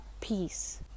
peace